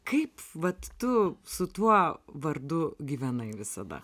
kaip vat tu su tuo vardu gyvenai visada